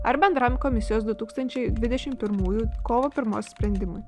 ar bendram komisijos du tūkstančiai dvidešim pirmųjų kovo pirmos sprendimui